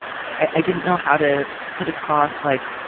i didn't know how to put across, like,